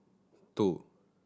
two